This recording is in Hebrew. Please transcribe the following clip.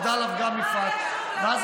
עבדנו עליו כל כך הרבה זמן,